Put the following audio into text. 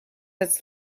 its